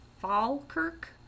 Falkirk